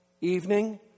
evening